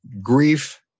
grief